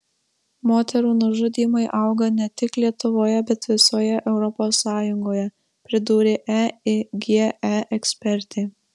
moterų nužudymai auga net tik lietuvoje bet visoje europos sąjungoje pridūrė eige ekspertė